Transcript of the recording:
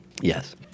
Yes